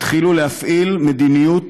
התחילו להפעיל מדיניות